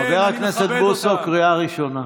כמו שכיבדת את, חבר הכנסת בוסו, קריאה ראשונה.